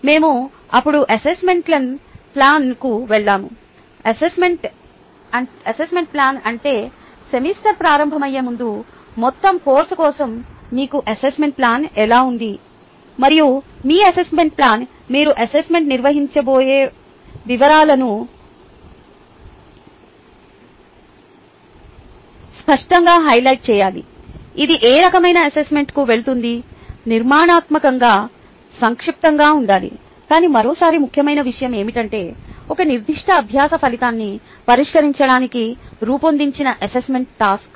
మేము అప్పుడు అసెస్మెంట్ ప్లాన్కు వెళ్లాము అంటే సెమిస్టర్ ప్రారంభమయ్యే ముందు మొత్తం కోర్సు కోసం మీకు అసెస్మెంట్ ప్లాన్ ఎలా ఉంది మరియు మీ అసెస్మెంట్ ప్లాన్ మీరు అసెస్మెంట్ నిర్వహించబోయే విరామాలను స్పష్టంగా హైలైట్ చేయాలి ఇది ఏ రకమైన అసెస్మెంట్కు వెళుతుంది నిర్మాణాత్మకంగా సంక్షిప్తంగా ఉండాలి కానీ మరోసారి ముఖ్యమైన విషయం ఏమిటంటే ఒక నిర్దిష్ట అభ్యాస ఫలితాన్ని పరిష్కరించడానికి రూపొందించిన అసెస్మెంట్ టాస్క్లు